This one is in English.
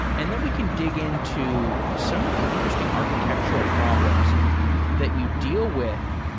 and then we can dig into some of the interesting architectural problems that you deal with